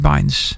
Binds